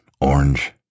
orange